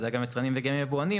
זה היה גם היצרנים וגם היבואנים,